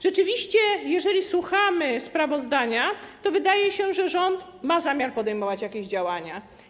Rzeczywiście, jeżeli słuchamy sprawozdania, to wydaje się, że rząd ma zamiar podejmować jakieś działania.